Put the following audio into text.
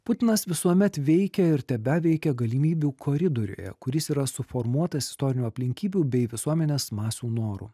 putinas visuomet veikia ir tebeveikia galimybių koridoriuje kuris yra suformuotas istorinių aplinkybių bei visuomenės masių norų